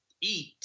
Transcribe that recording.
eat